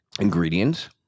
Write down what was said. ingredients